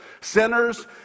sinners